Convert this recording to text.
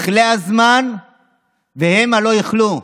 יכלה הזמן והמה לא יכלו.